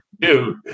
dude